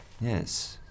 Yes